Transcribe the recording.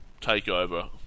takeover